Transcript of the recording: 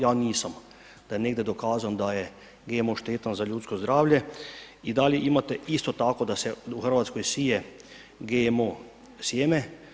Ja nisam, da je negdje dokazan da je GMO štetan za ljudsko zdravlje i da li imate isto tako da se u Hrvatskoj sije GMO sjeme.